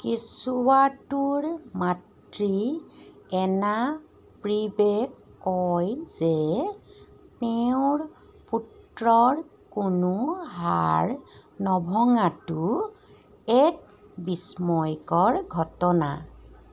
কেচুৱাটোৰ মাতৃ এনা প্ৰিবে কয় যে তেওঁৰ পুত্ৰৰ কোনো হাড় নভঙাটো এক বিস্ময়কৰ ঘটনা